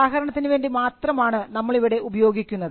ഉദാഹരണത്തിന് വേണ്ടി മാത്രമാണ് നമ്മൾ ഇവിടെ ഉപയോഗിക്കുന്നത്